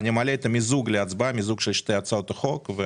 את המיזוג של שתי הצעות החוק.